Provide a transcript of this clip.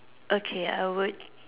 okay I would